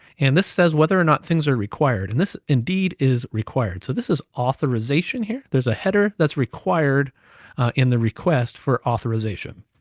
and this says whether, or not things are required, and this indeed is required. so this is authorization here. there's a header that's required in the request for authorization.